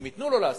אם ייתנו לעשות.